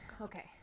Okay